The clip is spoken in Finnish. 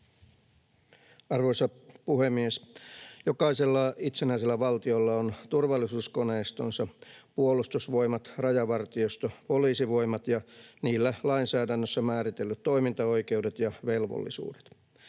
Arvoisa puhemies! Jokaisella itsenäisellä valtiolla on turvallisuuskoneistonsa — Puolustusvoimat, rajavartiosto, poliisivoimat — ja niillä lainsäädännössä määritellyt toimintaoikeudet ja velvollisuudet.